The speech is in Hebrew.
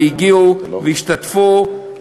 והגיעו והשתתפו.